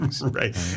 Right